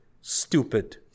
stupid